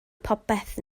popeth